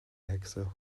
hexe